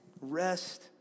Rest